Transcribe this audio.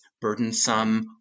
burdensome